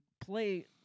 play